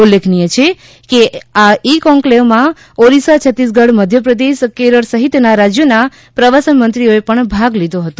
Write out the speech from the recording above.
ઉલ્લેખનીય છે કે આ ઇ કોન્કલેવમાં ઓરિસ્સા છત્તીસગઢ મધ્યપ્રદેશ કેરળ સહિતના રાજ્યોના પ્રવાસન મંત્રીઓએ પણ ભાગ લીધો હતો